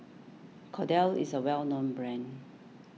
Kordel's is a well known brand